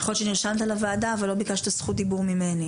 תנו לו להגיש ב"הבימה".